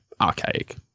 archaic